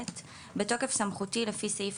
התשפ"ב-2022 בתוקף סמכותי לפי סעיף